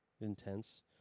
intense